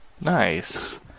nice